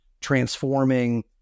transforming